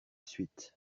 suite